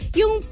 yung